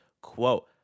quote